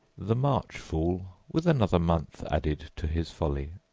the march fool with another month added to his folly.